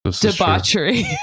debauchery